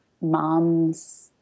mom's